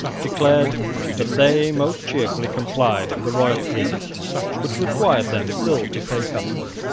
declared that they most cheerfully complied with the royal edict which required them still to pay custom.